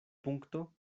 punkto